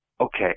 Okay